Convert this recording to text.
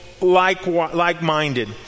like-minded